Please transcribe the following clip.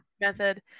method